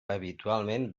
habitualment